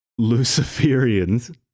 Luciferians